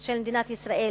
של מדינת ישראל,